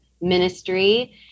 ministry